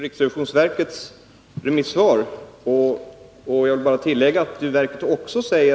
Herr talman! Eric Enlund hänvisade till riksrevisionsverkets remissvar.